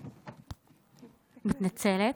מתנצלת.